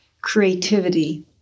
creativity